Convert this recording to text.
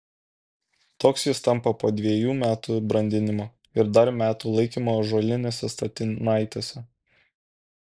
toks jis tampa po dvejų metų brandinimo ir dar metų laikymo ąžuolinėse statinaitėse